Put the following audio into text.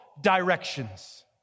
directions